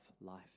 life